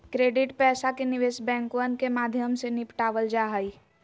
credit पैसा के निवेश बैंकवन के माध्यम से निपटावल जाहई